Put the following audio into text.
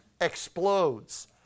explodes